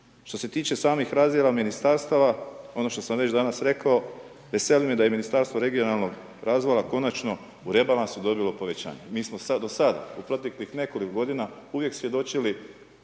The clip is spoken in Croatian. Što se tiče samih razdjela ministarstva ono što sam već danas rekao veseli me da je Ministarstvo regionalnog razvoja konačno u rebalansu dobilo povećanje, mi smo da sad u proteklih nekoliko godina uvijek svjedočili